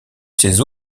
ses